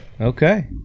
Okay